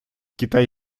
китай